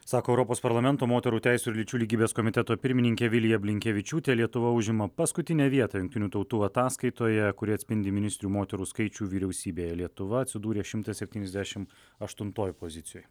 sako europos parlamento moterų teisių ir lyčių lygybės komiteto pirmininkė vilija blinkevičiūtė lietuva užima paskutinę vietą jungtinių tautų ataskaitoje kuri atspindi ministrių moterų skaičių vyriausybėje lietuva atsidūrė šimtas septyniasdešim aštuntoj pozicijoj